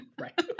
Right